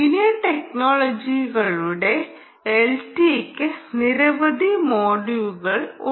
linear ടെക്നോളജികളുടെ എൽടിക്ക് നിരവധി മോഡലുകൾ ഉണ്ട്